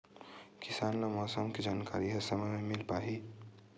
किसान ल मौसम के जानकारी ह समय म मिल पाही?